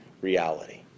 reality